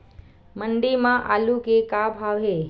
मंडी म आलू के का भाव हे?